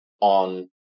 on